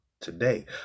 today